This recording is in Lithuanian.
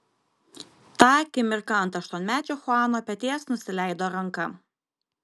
tą akimirką ant aštuonmečio chuano peties nusileido ranka